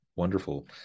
Wonderful